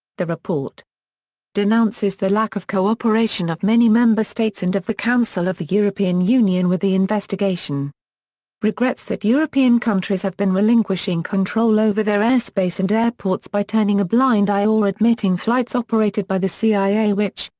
the report denounces the lack of co-operation of many member states and of the council of the european union with the investigation regrets that european countries have been relinquishing control over their airspace and airports by turning a blind eye or admitting flights operated by the cia which,